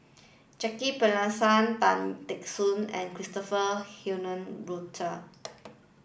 Jacki Passmore Tan Teck Soon and Christopher Henry Rothwell